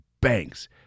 banks